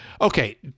okay